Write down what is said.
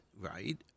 right